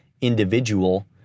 individual